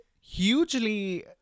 hugely